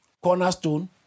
cornerstone